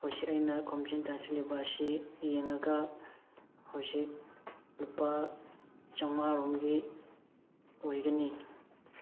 ꯍꯧꯖꯤꯛ ꯑꯩꯅ ꯈꯣꯝꯖꯤꯟ ꯇꯥꯁꯤꯜꯂꯤꯕ ꯑꯁꯤ ꯌꯦꯡꯉꯒ ꯍꯧꯖꯤꯛ ꯂꯨꯄꯥ ꯆꯥꯝꯃꯉꯥꯔꯣꯝꯒꯤ ꯑꯣꯏꯒꯅꯤ